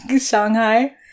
Shanghai